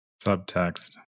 Subtext